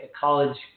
college